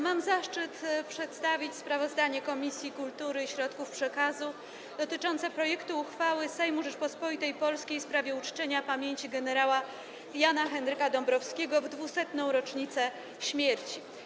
Mam zaszczyt przedstawić sprawozdanie Komisji Kultury i Środków Przekazu dotyczące projektu uchwały Sejmu Rzeczypospolitej Polskiej w sprawie uczczenia pamięci gen. Jana Henryka Dąbrowskiego w 200. rocznicę śmierci.